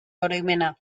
oroimena